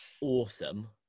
awesome